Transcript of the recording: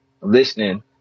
listening